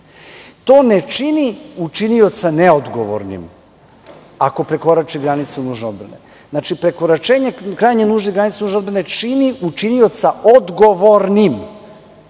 To ne čini učinioca neodgovornim ako prekorači granicu nužne odbrane. Znači, prekoračenje krajnje nužne granice nužne odbrane čini učinioca odgovornim.